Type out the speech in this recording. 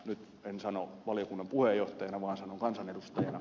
nyt en sano valiokunnan puheenjohtajana vaan sanon kansanedustajana